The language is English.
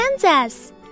Kansas